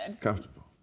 Comfortable